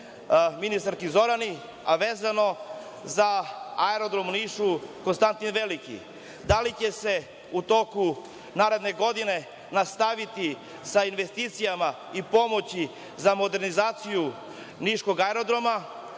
ministarki Zorani, a vezano za Aerodrom u Nišu „Konstantin Veliki“ – da li će se u toku naredne godine nastaviti sa investicijama i pomoći za modernizaciju niškog aerodroma,